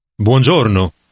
Buongiorno